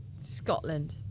scotland